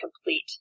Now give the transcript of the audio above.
complete